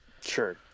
sure